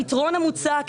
הפתרון המוצע,